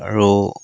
আৰু